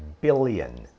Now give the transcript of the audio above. billion